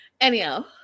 anyhow